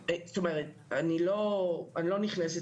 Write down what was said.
אז אני חוזרת